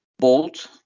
Bolt